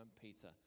Peter